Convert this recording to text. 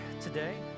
today